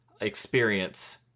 experience